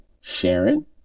Sharon